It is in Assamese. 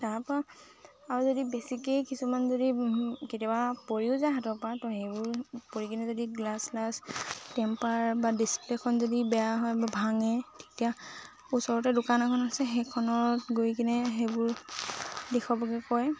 তাৰপা আৰু যদি বেছিকেই কিছুমান যদি কেতিয়াবা পৰিও যায় হাতৰ পৰা তো সেইবোৰ পৰি কিনে যদি গ্লাছ শ্লাছ টেম্পাৰ বা ডিছপ্লেখন যদি বেয়া হয় বা ভাঙে তেতিয়া ওচৰতে দোকান এখন আছে সেইখনত গৈ কিনে সেইবোৰ দেখুৱাবকে কয়